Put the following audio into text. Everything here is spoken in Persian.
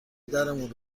درمون